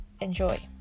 Enjoy